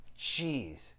Jeez